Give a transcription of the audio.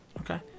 Okay